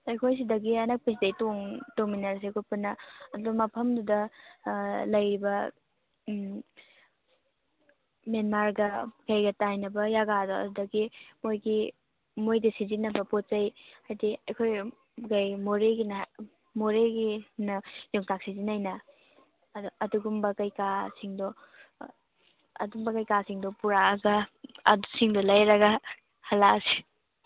ꯑꯩꯈꯣꯏ ꯁꯤꯗꯒꯤ ꯑꯅꯛꯄꯁꯤꯗꯩ ꯇꯣꯡꯃꯤꯟꯅꯔꯁꯦ ꯑꯩꯈꯣꯏ ꯄꯨꯟꯅ ꯑꯗꯣ ꯃꯐꯝꯗꯨꯗ ꯂꯩꯕ ꯃꯦꯟꯃꯥꯔꯒ ꯀꯩꯒ ꯇꯥꯏꯅꯕ ꯖꯒꯥꯗꯣ ꯑꯗꯨꯗꯒꯤ ꯃꯣꯏꯒꯤ ꯃꯣꯏꯗ ꯁꯤꯖꯤꯟꯅꯕ ꯄꯣꯠ ꯆꯩ ꯍꯥꯏꯗꯤ ꯑꯩꯈꯣꯏ ꯃꯣꯔꯦꯒꯤꯅ ꯌꯣꯡꯆꯥꯛ ꯁꯤꯖꯤꯟꯅꯩꯅ ꯑꯗꯣ ꯑꯗꯨꯒꯨꯝꯕ ꯀꯩꯀꯥꯁꯤꯡꯗꯣ ꯑꯗꯨꯒꯨꯝꯕ ꯀꯩꯀꯥꯁꯤꯡꯗꯣ ꯄꯨꯔꯛꯑꯒ ꯑꯗꯨꯁꯤꯡꯗꯣ ꯂꯩꯔꯒ ꯍꯜꯂꯛꯑꯁꯤ